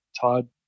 todd